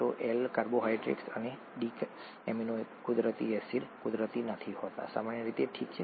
તો L carbohydrates અને D amino acids કુદરતી નથી હોતા સામાન્ય રીતે ઠીક છે